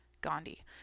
Gandhi